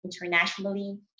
internationally